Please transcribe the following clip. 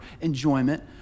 enjoyment